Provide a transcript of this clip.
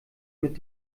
mit